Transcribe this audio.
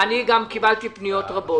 קיבלתי גם פניות רבות.